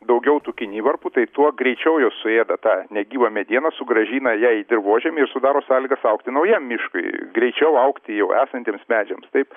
daugiau tų kinivarpų tai tuo greičiau jos suėda tą negyvą medieną sugrąžina ja į dirvožemį ir sudaro sąlygas augti naujam miškui greičiau augti jau esantiems medžiams taip